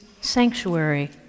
sanctuary